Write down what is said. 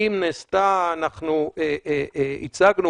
אנחנו הצגנו,